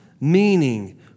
meaning